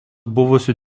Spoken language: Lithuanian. buvusių